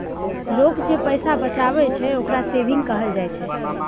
लोक जे पैसा बचाबइ छइ, ओकरा सेविंग कहल जाइ छइ